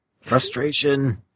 Frustration